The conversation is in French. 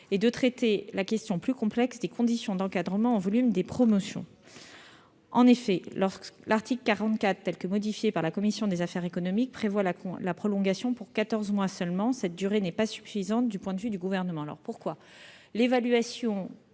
et de traiter la question plus complexe des conditions d'encadrement en volume des promotions. L'article 44 tel que modifié par la commission spéciale prévoit la prolongation pour quatorze mois seulement. Cette durée n'est pas suffisante du point de vue du Gouvernement. En effet,